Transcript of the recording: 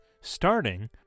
starting